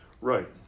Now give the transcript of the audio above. Right